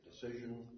Decision